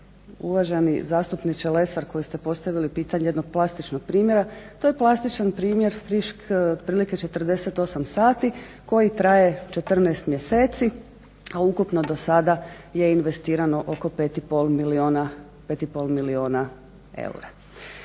uvaženi zastupniče Lesar koji ste postavili pitanje jednog plastičnog primjer, to je plastičan primjer frišk otprilike 48 sati koji traje 14 mjeseci, a ukupno do sada je investirano oko 5,5 milijuna eura.